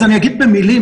אז אגיד במילים,